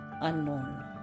unknown